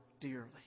dearly